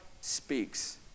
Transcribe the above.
speaks